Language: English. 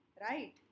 right